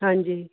ਹਾਂਜੀ